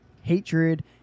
hatred